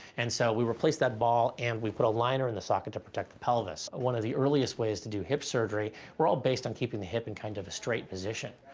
and so we replace that ball and we put a liner in the socket to protect the pelvis. one of the earliest ways to do hip surgery were all based on keeping the hip in kind of a straight position,